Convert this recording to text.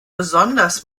besonders